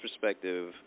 perspective